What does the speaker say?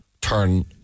turn